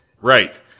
Right